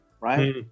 right